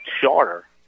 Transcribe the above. shorter